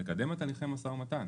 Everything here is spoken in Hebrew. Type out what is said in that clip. מקדמת תהליכי משא ומתן